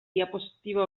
diapositiba